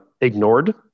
ignored